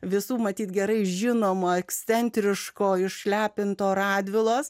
visų matyt gerai žinoma ekscentriško išlepinto radvilos